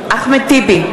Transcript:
אחמד טיבי,